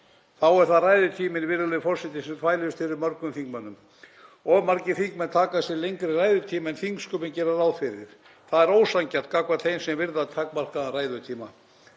Þá er það ræðutíminn, virðulegur forseti, sem þvælist fyrir mörgum þingmönnum. Of margir þingmenn taka sér lengri ræðutíma en þingsköp gera ráð fyrir. Það er ósanngjarnt gagnvart þeim sem virða takmarkaðan ræðutíma.